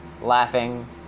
laughing